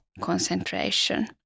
concentration